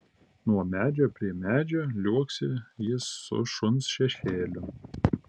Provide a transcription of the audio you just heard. nuo medžio prie medžio liuoksi jis su šuns šešėliu